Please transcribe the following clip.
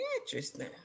Interesting